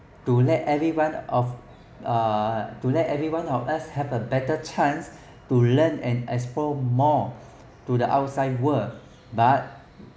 to let everyone of uh to let everyone of us have a better chance to learn and explore more to the outside world but